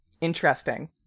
Interesting